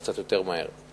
קצת יותר מהר.